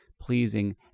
pleasing